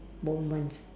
moment